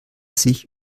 sich